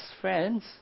friends